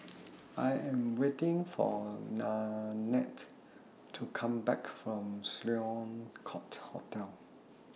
I Am waiting For Nannette to Come Back from Sloane Court Hotel